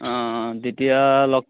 অঁ অঁ তেতিয়া লগ